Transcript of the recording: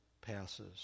passes